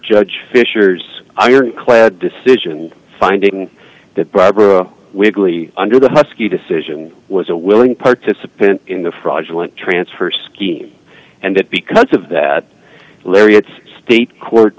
judge fisher's iron clad decision finding that barbara wigley under the husky decision was a willing participant in the fraudulent transfer scheme and that because of that larry it's state court